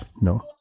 no